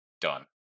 Done